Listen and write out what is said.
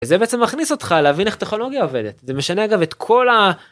וזה בעצם מכניס אותך להבין איך טכנולוגיה עובדת, זה משנה אגב את כל ה...